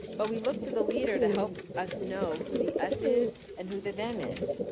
but we look to the leader to help us know who the us is and who the them is.